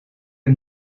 heb